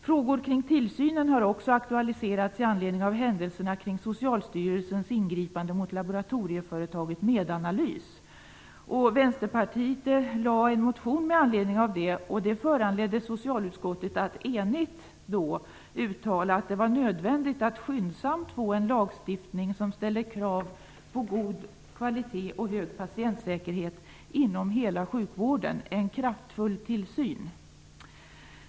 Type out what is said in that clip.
Frågor kring tillsynen har också aktualiserats i anledning av händelserna kring Socialstyrelsens ingripande mot laboratorieföretaget Medanalys. Vänsterpartiet väckte en motion med anledning av detta. Det föranledde socialutskottet att enigt uttala att det var nödvändigt att skyndsamt få en lagstiftning, där man ställer krav på god kvalitet och hög patientsäkerhet inom hela sjukvården, en kraftfull tillsyn.